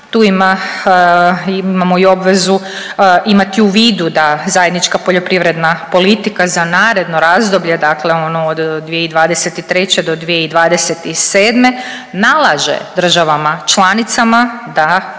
imamo i obvezu imati u vidu da zajednička poljoprivredna politika za naredno razdoblje, dakle ono od 2023. do 2027. nalaže državama članicama da